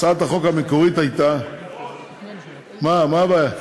הצעת החוק המקורית הייתה, מה הבעיה?